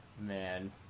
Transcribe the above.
Man